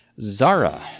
Zara